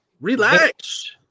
relax